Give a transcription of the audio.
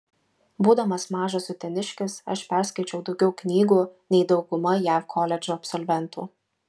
būdamas mažas uteniškis aš perskaičiau daugiau knygų nei dauguma jav koledžų absolventų